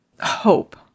hope